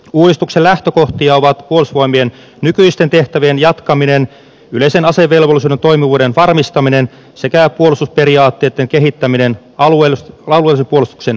uudistuksen lähtökohtia ovat puolustusvoimien nykyisten tehtä vien jatkaminen yleisen asevelvollisuuden toimivuuden varmistaminen sekä puolustusperiaatteitten kehittäminen alueellisen puolustuksen pohjalta